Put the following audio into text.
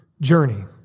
journey